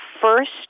first